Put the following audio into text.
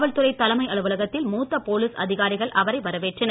காவல்துறை தலைமை அலுவலகத்தில் மூத்த போலீஸ் அதிகாரிகள் அவரை வரவேற்றனர்